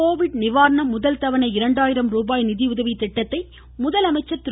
Covid நிவாரணம் முதல் தவணை இரண்டாயிரம் ரூபாய் நிதியுதவி வழங்கும் திட்டத்தை முதலமைச்சர் திரு